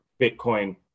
Bitcoin